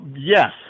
Yes